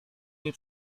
nie